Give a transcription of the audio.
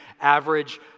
average